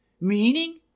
Meaning